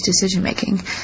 decision-making